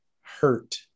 hurt